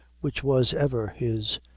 which was ever his,